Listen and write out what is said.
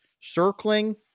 circling